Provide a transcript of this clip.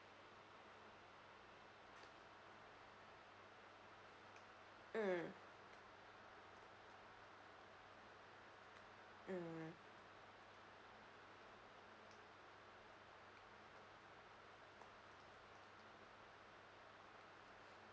mm mm